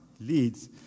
leads